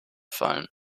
fallen